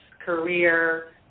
career